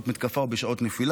נשאר